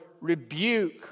rebuke